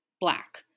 black